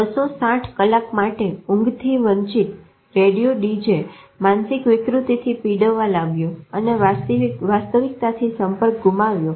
260 કલાક માટે ઊંઘથી વંચિત રેડિયો ડીજે માનસિકવિકૃતિથી પીડાવા લાગ્યો અને વાસ્તવિકતાથી સંપર્ક ગુમાવ્યો